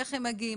איך הם מגיעים?